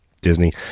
Disney